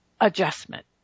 adjustment